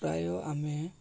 ପ୍ରାୟ ଆମେ